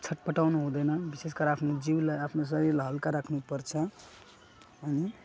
छटपटाउनु हुँदैन विशेष गरेर आफ्नो जिउलाई आफ्नो शरीरलाई हल्का राख्नुपर्छ अनि